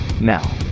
now